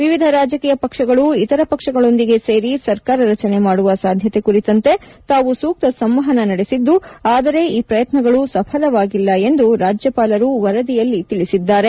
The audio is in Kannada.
ವಿವಿಧ ರಾಜಕೀಯ ಪಕ್ಷಗಳು ಇತರ ಪಕ್ಷಗಳೊಂದಿಗೆ ಸೇರಿ ಸರ್ಕಾರ ರಚನೆ ಮಾಡುವ ಸಾಧ್ಯತೆ ಕುರಿತಂತೆ ತಾವು ಸೂಕ್ತ ಸಂವಹನ ನಡೆಸಿದ್ದು ಆದರೆ ಈ ಪ್ರಯತ್ನಗಳು ಸಫಲವಾಗಿಲ್ಲ ಎಂದು ರಾಜ್ಯಪಾಲರು ವರದಿಯಲ್ಲಿ ತಿಳಿಸಿದ್ದಾರೆ